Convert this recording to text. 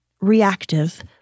reactive